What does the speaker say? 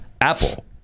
Apple